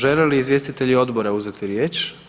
Žele li izvjestitelji odbora uzeti riječ?